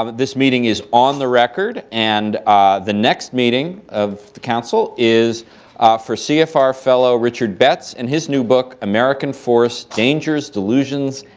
um this meeting is on the record, and the next meeting of the council is for cfr fellow richard betts and his new book, american force dangers, delusions,